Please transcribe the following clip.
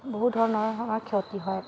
বহু ধৰণৰ ক্ষতি হয়